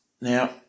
Now